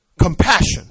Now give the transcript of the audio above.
Compassion